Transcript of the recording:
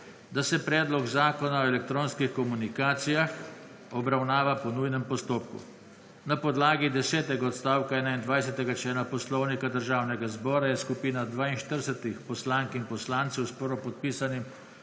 da se Predlog zakona o elektronskih komunikacijah obravnava po nujnem postopku. Na podlagi desetega odstavka 21. člena Poslovnika Državnega zbora je skupina 42 poslank in poslancev s prvopodpisanim